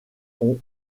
ont